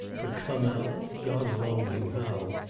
to come out god alone knew how.